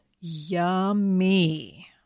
Yummy